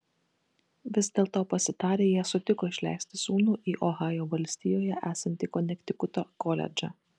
vis dėlto pasitarę jie sutiko išleisti sūnų į ohajo valstijoje esantį konektikuto koledžą